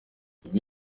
ibi